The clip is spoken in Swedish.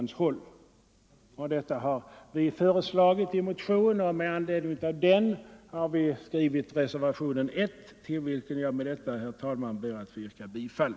Detta har vi föreslagit i moderatmotionen 1974:728 och med anledning av den har vi skrivit reservationen 1, till vilken jag, herr talman, ber att få yrka bifall.